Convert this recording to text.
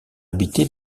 habiter